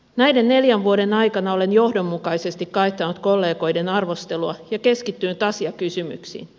näiden neljän vuoden aikana olen johdonmukaisesti kaihtanut kollegoiden arvostelua ja keskittynyt asiakysymyksiin